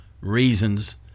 reasons